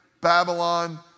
Babylon